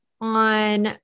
on